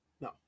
No